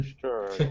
Sure